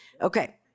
Okay